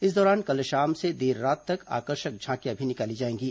इस दौरान कल शाम से देर रात तक आकर्षक झांकियां भी निकाली जाएंगी